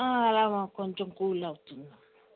అలాగా కొంచెం కూల్ అవుతుంది అమ్మ